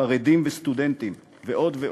חרדים וסטודנטים ועוד ועוד.